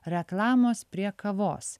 reklamos prie kavos